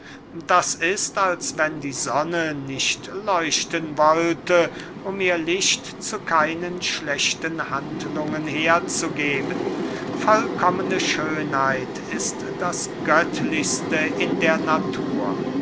das ist als wenn die sonne nicht leuchten wollte um ihr licht zu keinen schlechten handlungen herzugeben vollkommene schönheit ist das göttlichste in der natur